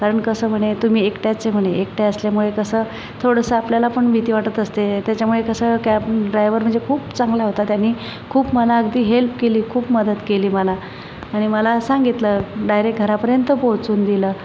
कारण कसे म्हणे तुम्ही एकट्याच आहे म्हणे एकट्या असल्यामुळे कसं थोडसं आपल्याला पण भीती वाटत असते त्याच्यामुळे कसं कॅब ड्रायव्हर म्हणजे खूप चांगला होता त्यानी खूप मला अगदी हेल्प केली खूप मदत केली मला आणि मला सांगितलं डायरेक्ट घरापर्यंत पोहचून दिलं